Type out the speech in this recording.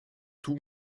tous